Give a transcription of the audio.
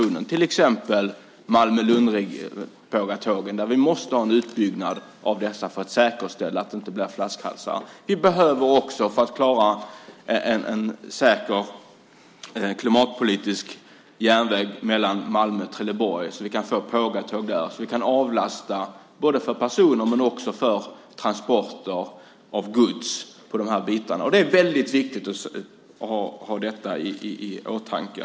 Det gäller till exempel Malmö-Lund-pågatågen, där vi måste ha en utbyggnad för att säkerställa att det inte blir flaskhalsar. För att klara en säker klimatpolitik behöver vi också få ett pågatåg på järnväg mellan Malmö och Trelleborg. Då kan vi avlasta både när det gäller persontransporter och transporter av gods. Det är viktigt att ha detta i åtanke.